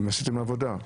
אם עשיתם עבודה.